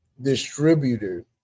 distributor